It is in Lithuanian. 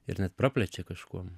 ir net praplečia kažkuom